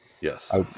Yes